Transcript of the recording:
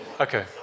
Okay